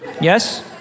Yes